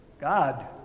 God